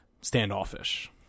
standoffish